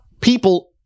people